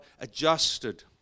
adjusted